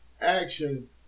action